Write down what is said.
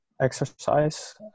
exercise